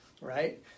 Right